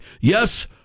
Yes